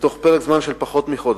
בתוך פרק זמן של פחות מחודש.